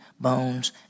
bones